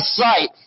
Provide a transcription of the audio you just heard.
sight